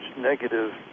negative